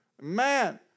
Man